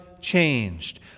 changed